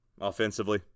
Offensively